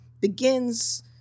begins